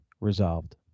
resolved